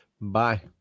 bye